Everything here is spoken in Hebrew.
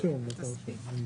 אתה רשום, אתה רשום.